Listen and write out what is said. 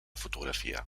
fotografia